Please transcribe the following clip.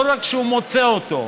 לא רק שהוא מוצא אותו,